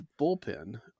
bullpen